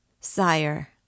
Sire